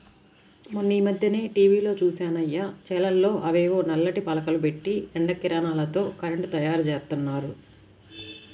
మొన్నీమధ్యనే టీవీలో జూశానయ్య, చేలల్లో అవేవో నల్లటి పలకలు బెట్టి ఎండ కిరణాలతో కరెంటు తయ్యారుజేత్తన్నారు